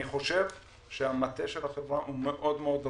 אני חושב שהמטה של החברה מאוד-מאוד רזה,